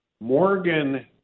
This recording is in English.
Morgan